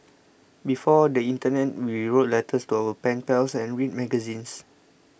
before the internet we wrote letters to our pen pals and read magazines